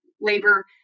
labor